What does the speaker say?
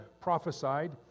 prophesied